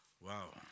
Wow